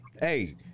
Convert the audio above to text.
Hey